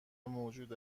موجود